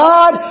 God